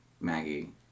Maggie